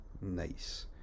Nice